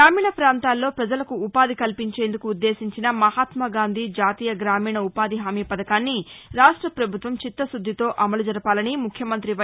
గ్రామీణ ప్రాంతాల్లో పజలకు ఉపాధి కల్పించేందుకు ఉద్దేశించిన మహాత్మాగాంధీ జాతీయ గ్రామీణ ఉ పాధి హామీ పథకాన్ని రాష్ట పభుత్వం చిత్తశుద్దితో అమలు జరపాలని ముఖ్యమంతి వై